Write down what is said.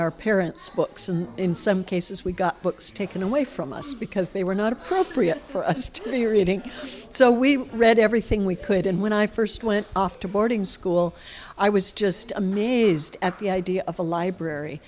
our parents books and in some cases we got books taken away from us because they were not appropriate for us to be reading so we read everything we could and when i first went off to boarding school i was just amazed at the idea of a library